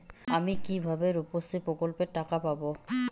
আমি কিভাবে রুপশ্রী প্রকল্পের টাকা পাবো?